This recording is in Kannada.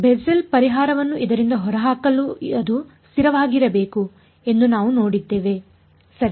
ಬೆಸ್ಸೆಲ್ ಪರಿಹಾರವನ್ನು ಇದರಿಂದ ಹೊರಹಾಕಲು ಅದು ಸ್ಥಿರವಾಗಿರಬೇಕು ಎಂದು ನಾವು ನೋಡಿದ್ದೇವೆ ಸರಿ